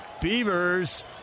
Beavers